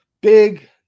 big